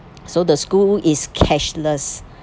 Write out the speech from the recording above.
so the school is cashless